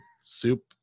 soup